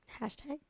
Hashtag